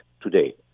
today